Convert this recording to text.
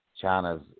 China's